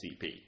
CP